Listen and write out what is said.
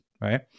right